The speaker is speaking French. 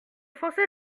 français